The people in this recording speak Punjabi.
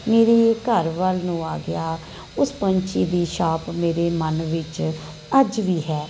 ਮੇਰੇ ਘਰ ਵੱਲ਼ ਨੂੰ ਆ ਗਿਆ ਉਸ ਪੰਛੀ ਦੀ ਛਾਪ ਮੇਰੇ ਮਨ ਵਿੱਚ ਅੱਜ ਵੀ ਹੈ